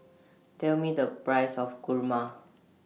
Tell Me The Price of Kurma